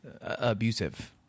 abusive